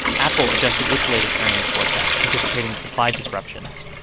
apple adjusted its latest earnings forecast, anticipating supply disruptions.